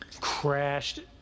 crashed